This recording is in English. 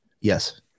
yes